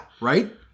right